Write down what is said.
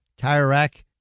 TireRack